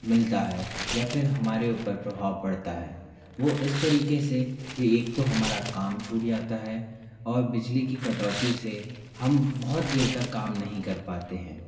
मिलता है या फिर हमारे ऊपर प्रभाव पड़ता है वो इस तरीके से कि एक तो हमारा काम छूट जाता है और बिजली की कटौती से हम बहुत देर तक काम नहीं कर पातें हैं